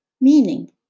meaning